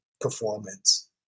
performance